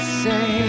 say